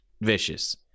vicious